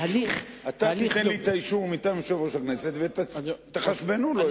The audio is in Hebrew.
אתה תיתן לי את האישור מטעם יושב-ראש הכנסת ותחשבנו לו את זה כפעם.